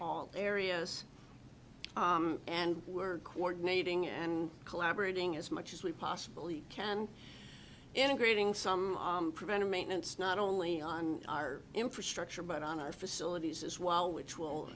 all areas and were coordinating and collaborating as much as we possibly can and integrating some preventive maintenance not only on our infrastructure but on our facilities as well which will